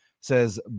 says